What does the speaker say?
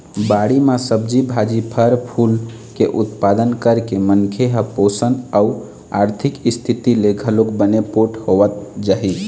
बाड़ी म सब्जी भाजी, फर फूल के उत्पादन करके मनखे ह पोसन अउ आरथिक इस्थिति ले घलोक बने पोठ होवत जाही